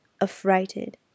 affrighted